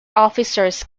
officers